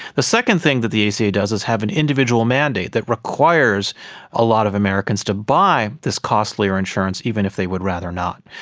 the second thing that the aca so does is have an individual mandate that requires a lot of americans to buy this costlier insurance, even if they would rather not.